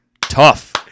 tough